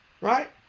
right